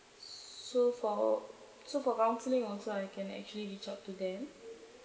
so for so for counselling also I can actually reach out to them